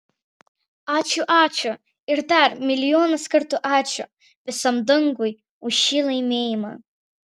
ačiū ačiū ir dar milijonus kartų ačiū visam dangui už šį laimėjimą